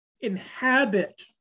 inhabit